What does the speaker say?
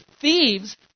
Thieves